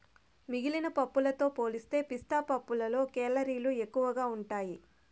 మిగిలిన పప్పులతో పోలిస్తే పిస్తా పప్పులో కేలరీలు ఎక్కువగా ఉంటాయి